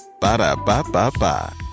Ba-da-ba-ba-ba